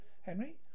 Henry